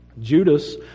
Judas